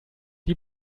die